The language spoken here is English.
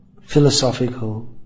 philosophical